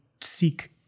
seek